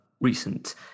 recent